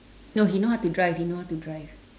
no he know how to drive he know how to drive